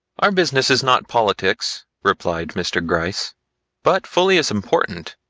our business is not politics, replied mr. gryce but fully as important.